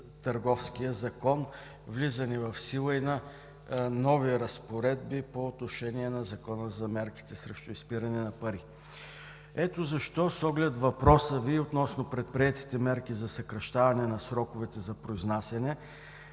Търговския закон, влизане в сила и на нови разпоредби по отношение на Закона за мерките срещу изпирането на пари. Ето защо с оглед въпроса Ви относно предприетите мерки за съкращаване на сроковете за произнасяне,